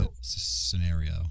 scenario